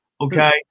Okay